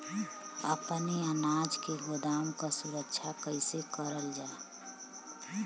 अपने अनाज के गोदाम क सुरक्षा कइसे करल जा?